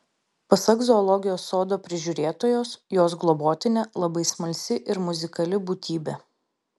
pasak zoologijos sodo prižiūrėtojos jos globotinė labai smalsi ir muzikali būtybė